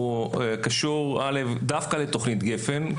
קשור דווקא לתכנית הגפ"ן.